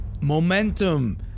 momentum